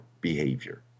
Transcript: behavior